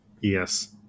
Yes